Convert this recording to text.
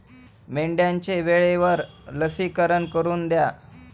मेंढ्यांचे वेळेवर लसीकरण करून घ्या